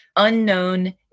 unknown